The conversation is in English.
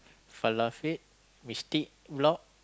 Falafet mystique block